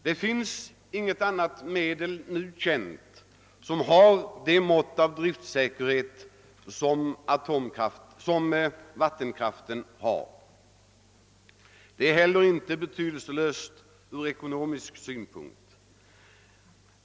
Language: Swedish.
Det finns inget annat nu känt medel som har det mått av driftsäkerhet som vattenkraften har. Det är heller inte betydelselöst ur ekonomisk synpunkt.